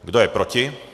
Kdo je proti?